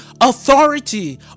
authority